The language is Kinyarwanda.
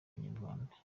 inyarwanda